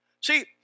See